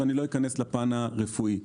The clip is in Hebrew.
ואני לא אכנס לפן הרפואי.